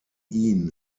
ihn